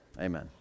Amen